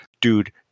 dude